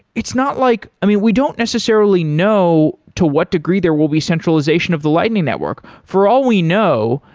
it's not like i mean, we don't necessarily know to what degree there will be centralization of the lightning network. for all we know,